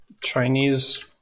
Chinese